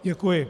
Děkuji.